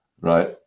right